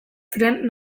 ziren